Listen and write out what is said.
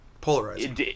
Polarizing